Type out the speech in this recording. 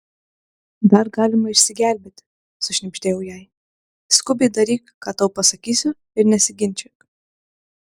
dar galima išsigelbėti sušnibždėjau jai skubiai daryk ką tau pasakysiu ir nesiginčyk